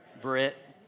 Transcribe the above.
Brit